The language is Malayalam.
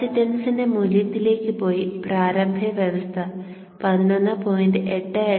കപ്പാസിറ്റൻസിന്റെ മൂല്യത്തിലേക്ക് പോയി പ്രാരംഭ അവസ്ഥ 11